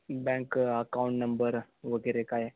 bank account number वगैरे काय